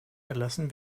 erlassen